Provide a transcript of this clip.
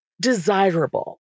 desirable